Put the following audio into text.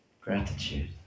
gratitude